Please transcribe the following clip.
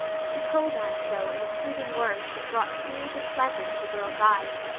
she told anne so in approving words that brought tears of pleasure to the girl's eyes.